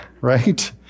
right